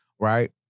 Right